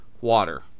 water